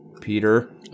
Peter